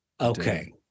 okay